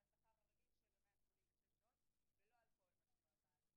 על השכר הרגיל של ה-186 שעות ולא על כל מה שהוא עבד,